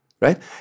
Right